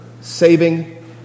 saving